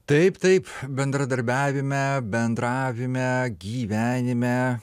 taip taip bendradarbiavime bendravime gyvenime